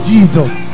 Jesus